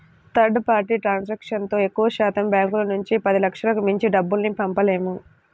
third party ట్రాన్సాక్షన్తో ఎక్కువశాతం బ్యాంకుల నుంచి పదిలక్షలకు మించి డబ్బుల్ని పంపలేము